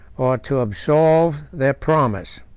or to absolve their promise.